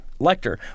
Lecter